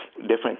Different